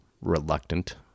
reluctant